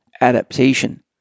adaptation